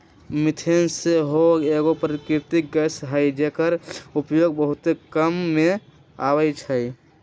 methane सेहो एगो प्राकृतिक गैस हई जेकर उपयोग बहुते काम मे अबइ छइ